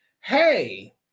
hey